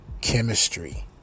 Chemistry